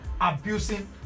abusing